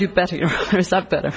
do better better